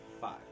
Five